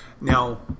Now